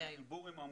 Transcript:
הסיפור עם העמותות,